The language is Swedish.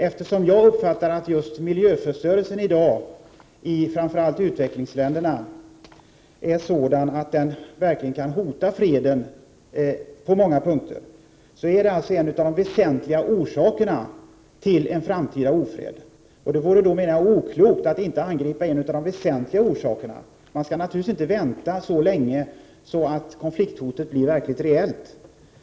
Eftersom just miljöförstörelsen i dag, i framför allt utvecklingsländerna, är sådan att den verkligen kan hota freden på många punkter är den en av de väsentliga orsakerna att angripa för att förhindra en framtida ofred. Det vore oklokt att inte angripa en av de väsentliga orsakerna. Man skall naturligtvis inte vänta så länge att konflikthotet blir reellt.